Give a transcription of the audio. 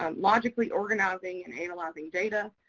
um logically organizing and analyzing data,